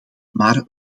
maar